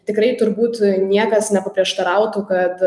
tikrai turbūt niekas nepaprieštarautų kad